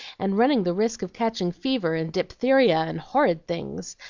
and running the risk of catching fever, and diphtheria, and horrid things.